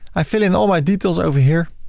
i fill in all my details over here